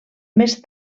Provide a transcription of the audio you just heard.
més